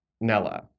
Nella